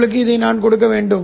உங்களுக்கு கொடுக்க வேண்டும்